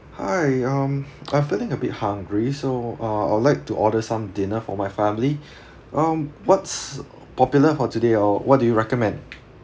hi um I feeling a bit hungry so uh I would like to order some dinner for my family um what's popular for today or what do you recommend